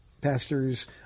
pastors